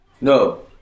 No